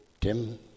Tim